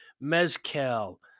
Mezcal